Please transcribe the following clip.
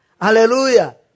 Hallelujah